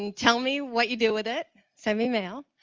and tell me what you do with it, send me mail.